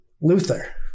Luther